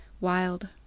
wild